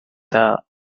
that